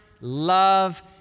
love